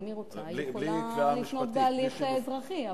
אם היא רוצה, היא יכולה לפנות בהליך אזרחי.